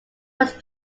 was